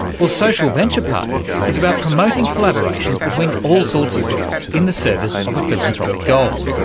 well, social venture partners is about promoting collaborations between all sorts of groups in the service of a philanthropic goal.